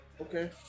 Okay